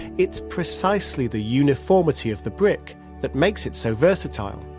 it's precisely the uniformity of the brick that makes it so versatile.